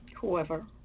Whoever